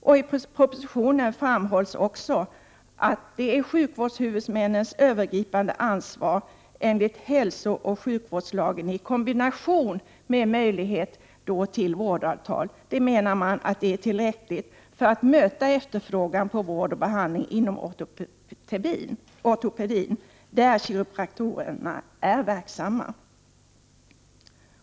I propositionen framhålls att sjukvårdshuvudmännens övergripande ansvar för hälsooch sjukvård i kombination med möjlighet till vårdavtal är tillräckligt för att möta efterfrågan på vård och behandling inom ortopedin, där kiropraktorerna är verksamma.